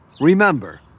Remember